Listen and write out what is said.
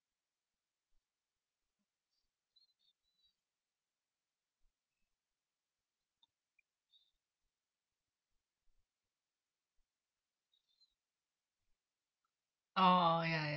oh ya yeah